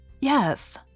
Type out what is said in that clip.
Yes